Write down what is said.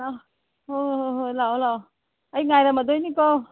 ꯂꯥꯛꯑꯣ ꯍꯣꯏ ꯍꯣꯏ ꯍꯣꯏ ꯍꯣꯏ ꯂꯥꯛꯑꯣ ꯂꯥꯛꯑꯣ ꯑꯩ ꯉꯥꯏꯔꯝꯃꯗꯣꯏꯅꯤꯀꯣ